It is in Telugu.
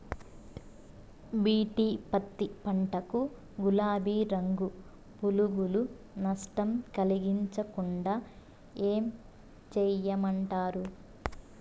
బి.టి పత్తి పంట కు, గులాబీ రంగు పులుగులు నష్టం కలిగించకుండా ఏం చేయమంటారు?